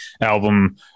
album